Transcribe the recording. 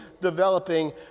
developing